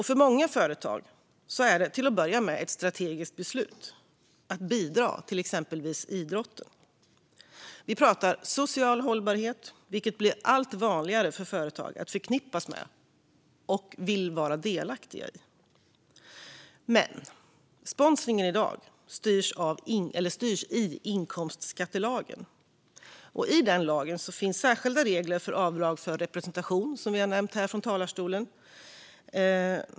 För många företag är det till att börja med ett strategiskt beslut att bidra till idrotten. Vi pratar social hållbarhet, vilket blir allt vanligare för företag att vilja förknippas med och vara delaktiga i. Men sponsringen i dag styrs i inkomstskattelagen. I den lagen finns särskilda regler för avdrag för representation, som vi har nämnt från talarstolen.